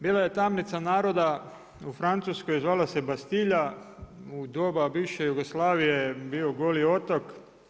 Bila je tamnica naroda, u Francuskoj, zvala se Bastilja u doba bivše Jugoslavije je bio goli otok.